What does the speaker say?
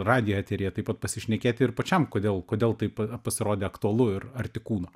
radijo eteryje taip pat pasišnekėti ir pačiam kodėl kodėl taip pasirodė aktualu ir arti kūno